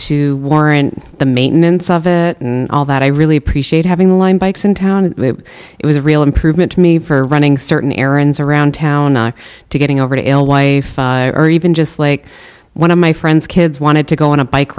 to warrant the maintenance of it all that i really appreciate having online bikes in town it was a real improvement to me for running certain errands around town to getting over to a wife or even just like one of my friends kids wanted to go on a bike